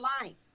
lying